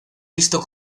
visto